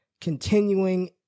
continuing